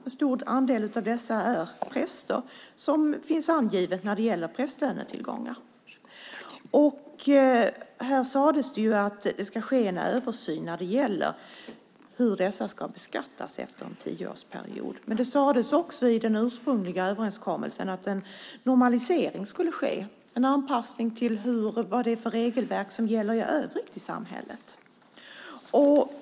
En stor andel av dessa är präster, vilket finns angivet när det gäller prästlönetillgångar. Det sades att det ska ske en översyn beträffande hur dessa ska beskattas efter en tioårsperiod, men i den ursprungliga överenskommelsen sades även att en normalisering skulle ske, en anpassning till de regelverk som gäller i övrigt i samhället.